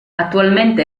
attualmente